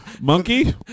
monkey